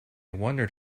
wondered